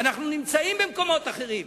ואנחנו נמצאים במקומות אחרים.